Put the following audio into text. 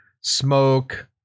smoke